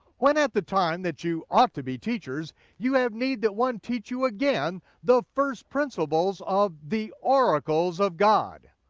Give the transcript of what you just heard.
when at the time that you ought to be teachers you have need that one teach you again the first principles of the oracles of god.